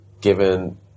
given